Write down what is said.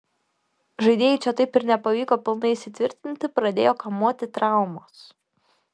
žaidėjui čia taip ir nepavyko pilnai įsitvirtinti pradėjo kamuoti traumos